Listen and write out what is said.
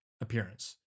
appearance